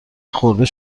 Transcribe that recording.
خورد